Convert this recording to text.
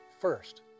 first